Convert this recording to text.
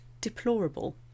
deplorable